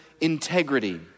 integrity